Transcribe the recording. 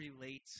relate